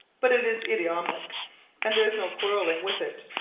but it is idiomatic and there is no quarreling with it.